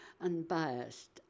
unbiased